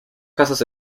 casas